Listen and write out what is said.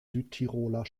südtiroler